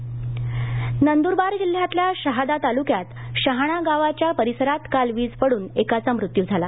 वीज नंदूरबार जिल्ह्यातल्या शहादा तालुक्यात शहाणा गावाच्या परिसरात काल वीज पडून एकाचा मृत्यू झाला